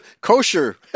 kosher